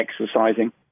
exercising